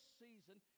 season